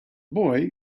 boy